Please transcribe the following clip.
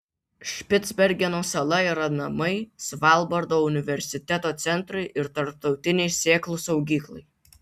špicbergeno sala yra namai svalbardo universiteto centrui ir tarptautinei sėklų saugyklai